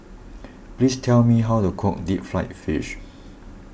please tell me how to cook Deep Fried Fish